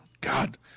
God